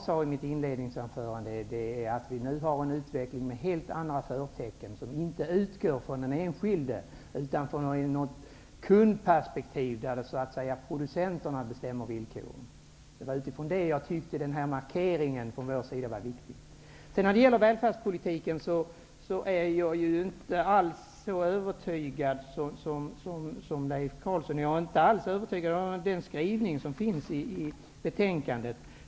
I mitt inledningsanförande sade jag att vi nu har en utveckling med helt andra förtecken vilka inte utgår från den enskildes behov utan från något kundperspektiv där producenterna bestämmer villkoren. Det var utifrån det som jag tyckte att vår markering var viktig. När det gäller välfärdspolitiken är jag inte alls så övertygad som Leif Carlson. Jag är inte alls övertygad om den skrivning som finns i betänkandet.